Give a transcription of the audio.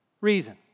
reason